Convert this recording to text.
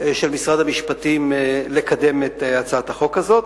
של משרד המשפטים לקדם את הצעת החוק הזאת.